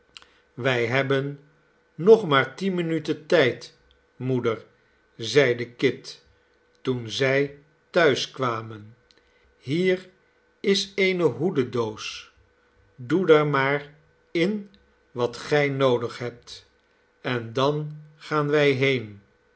wij hebben nog maar tien minuten tijd moeder zeide kit toen zij thuis kwamen hier is eene hoededoos doe daar maar in wat gij noodig hebt en dan gaan wij heen